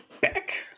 Back